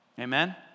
Amen